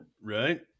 Right